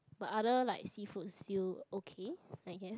but other like seafood still okay I guess